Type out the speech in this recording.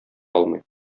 алмый